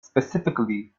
specifically